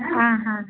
ಹಾಂ ಹಾಂ ಹಾಂ